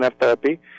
therapy